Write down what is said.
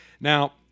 Now